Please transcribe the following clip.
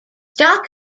stock